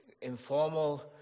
informal